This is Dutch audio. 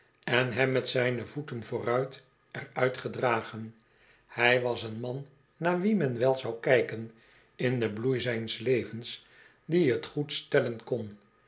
en hem met zijne voeten vooruit er uitgedragen hij was een man naar wien men we zon kijken in den bloei zijns levens die t goed stellen kon